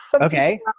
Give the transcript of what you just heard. Okay